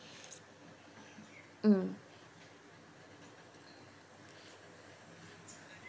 mm